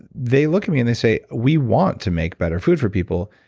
they look at me and they say, we want to make better food for people.